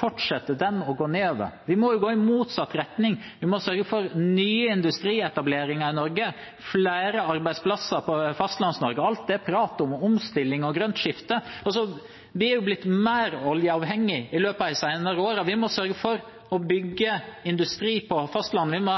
fortsetter å gå nedover. Vi må gå i motsatt retning, vi må sørge for nye industrietableringer i Norge, flere arbeidsplasser i Fastlands-Norge. Til alt pratet om omstilling og grønt skifte: Vi har jo blitt mer oljeavhengige i løpet av de senere årene. Vi må sørge for å bygge industri på fastlandet. Vi må